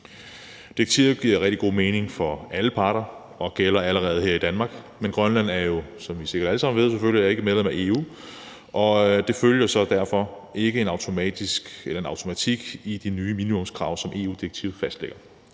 Direktivet giver rigtig god mening for alle parter og gælder allerede her i Danmark, men Grønland er jo, som I selvfølgelig sikkert alle sammen ved, ikke medlem af EU, og som følge deraf er der ikke en automatik i de nye minimumskrav, som EU-direktivet fastlægger.